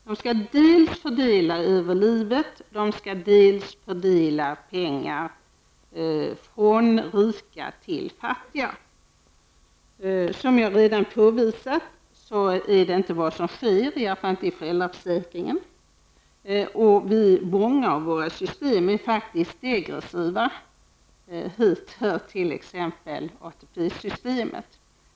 De skall dels fördela över livet, dels fördela pengar från rika till fattiga. Som jag redan har påvisat är detta inte vad som sker, i alla fall inte föräldraförsäkringen. Vi vrångar faktiskt till våra system med degressiva system, hit hör t.ex. ATP-systemet.